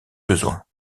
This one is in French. besoins